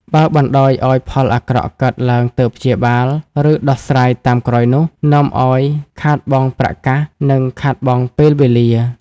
បើបណ្ដោយឲ្យផលអាក្រក់កើតឡើងទើបព្យាបាល ឬដោះស្រាយតាមក្រោយនោះ នាំឲ្យខាតបង់ប្រាក់កាស និងខាតបង់ពេលវេលា ។